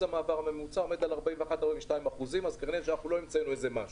המעבר עומד על 41% אז אנחנו קרובים לממוצע.